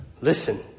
Listen